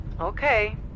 Okay